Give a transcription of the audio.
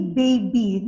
baby